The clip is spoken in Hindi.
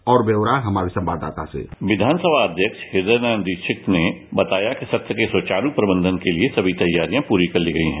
और व्यौरा हमारे संवाददाता से विधानसभा अध्यक्ष हृदय नारायण दीक्षित ने बताया कि सत्र के सुचारू प्रबंधन के लिए सभी तैयारियां पूरी कर ली गई हैं